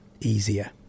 easier